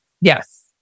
yes